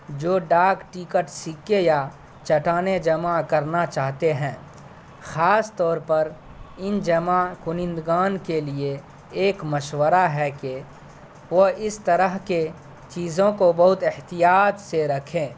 جو ڈاک ٹکٹ سکے یا چٹانیں جمع کرنا چاہتے ہیں خاص طور پر ان جمع کنندگان کے لیے ایک مشورہ ہے کہ وہ اس طرح کے چیزوں کو بہت احتیاط سے رکھیں